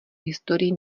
historii